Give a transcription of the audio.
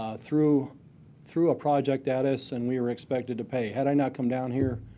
threw threw a project at us, and we were expected to pay. had i not come down here,